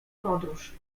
podróż